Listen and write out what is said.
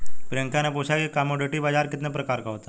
प्रियंका ने पूछा कि कमोडिटी बाजार कितने प्रकार का होता है?